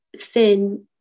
thin